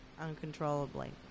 uncontrollably